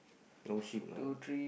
no ship lah